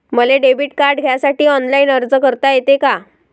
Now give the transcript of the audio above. मले debit card घ्यासाठी online अर्ज करता येते का?